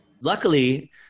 Luckily